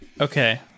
Okay